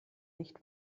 nicht